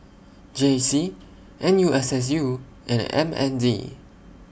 J C N U S S U and M N D